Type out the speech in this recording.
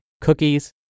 cookies